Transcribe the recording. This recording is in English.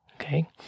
Okay